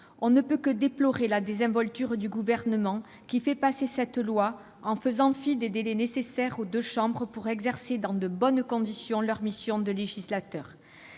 On ne peut que déplorer la désinvolture du Gouvernement, qui fait passer cette loi en faisant fi des délais nécessaires aux deux chambres pour exercer dans de bonnes conditions leur mission de législateur.